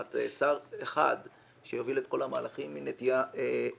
שר אחד שיוביל את כל המהלכים, היא נטייה מובנת.